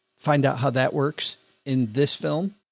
find out how that works in this film,